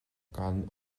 gan